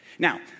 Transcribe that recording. Now